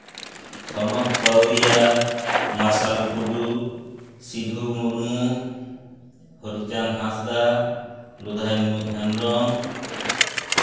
ᱥᱚᱱᱚᱛ ᱯᱟᱹᱣᱨᱤᱭᱟ ᱢᱟᱨᱥᱟᱞ ᱴᱩᱰᱩ ᱥᱤᱫᱷᱩ ᱢᱩᱨᱢᱩ ᱦᱚᱨᱤᱪᱟᱸᱫᱽ ᱦᱟᱸᱥᱫᱟ ᱞᱚᱫᱷᱟᱭ ᱦᱮᱢᱵᱨᱚᱢ